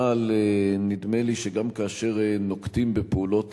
אבל נדמה לי שגם כאשר נוקטים את פעולות